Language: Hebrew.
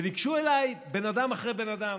וניגשו אליי בן אדם אחרי בן אדם,